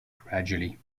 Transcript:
gradually